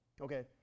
Okay